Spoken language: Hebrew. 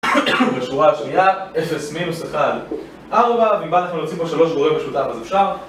בשורה השנייה, אפס מינוס אחד ארבע, ואם בא לכם להוציא פה שלוש גורם משותף אז אפשר